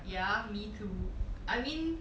ya me too I mean